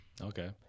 Okay